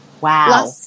Wow